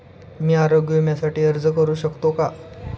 मी आरोग्य विम्यासाठी अर्ज करू शकतो का?